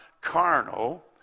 carnal